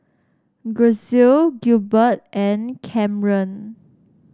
Grisel Gilbert and Camren